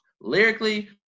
Lyrically